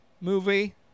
movie